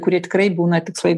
kurie tikrai būna tikslai